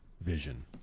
vision